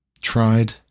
tried